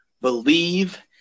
believe